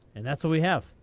and that's what we have.